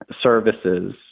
services